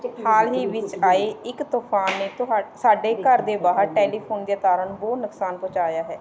ਹਾਲ ਹੀ ਵਿੱਚ ਆਏ ਇੱਕ ਤੂਫਾਨ ਨੇ ਤੁਹਾਡੇ ਸਾਡੇ ਘਰ ਦੇ ਬਾਹਰ ਟੈਲੀਫੋਨ ਦੀਆਂ ਤਾਰਾਂ ਨੂੰ ਬਹੁਤ ਨੁਕਸਾਨ ਪਹੁੰਚਾਇਆ ਹੈ